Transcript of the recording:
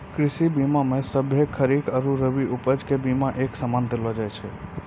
कृषि बीमा मे सभ्भे खरीक आरु रवि उपज के बिमा एक समान देलो जाय छै